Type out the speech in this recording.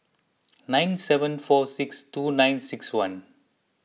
nine seven four six two nine six one